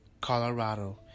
Colorado